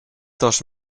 dos